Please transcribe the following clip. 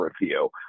review